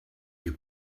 you